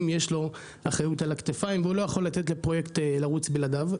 יש לו אחריות על הכתפיים והוא לא יכול לתת לפרויקט לרוץ בלעדיו.